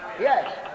Yes